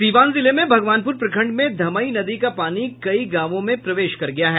सीवान जिले में भगवानपूर प्रखंड में धमई नदी का पानी कई गांवों में प्रवेश कर गया है